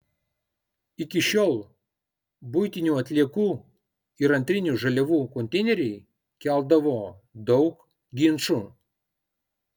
iki šiol buitinių atliekų ir antrinių žaliavų konteineriai keldavo daug ginčų